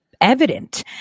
evident